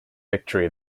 victory